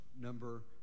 number